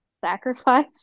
Sacrifice